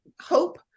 hope